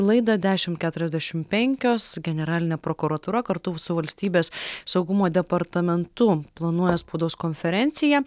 laidą dešim keturiasdešim penkios generalinė prokuratūra kartu su valstybės saugumo departamentu planuoja spaudos konferenciją